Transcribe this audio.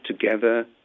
together